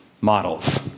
models